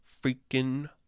freaking